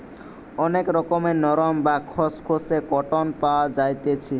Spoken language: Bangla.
অনেক রকমের নরম, বা খসখসে কটন পাওয়া যাইতেছি